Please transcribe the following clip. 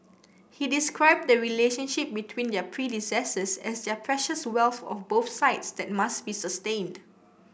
he described the relationship between their predecessors as their precious wealth of both sides that must be sustained